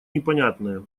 непонятные